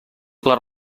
les